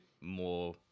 more